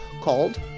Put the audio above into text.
called